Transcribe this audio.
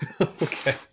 okay